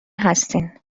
هستین